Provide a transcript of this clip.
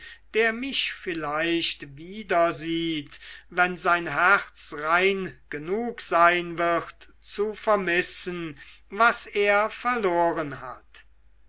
der mich vielleicht wieder sieht wenn sein herz rein genug sein wird zu vermissen was er verloren hat